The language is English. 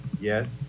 Yes